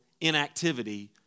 inactivity